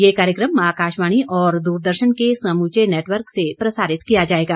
यह कार्यक्रम आकाशवाणी और द्रदर्शन के समूचे नेटवर्क से प्रसारित किया जाएगा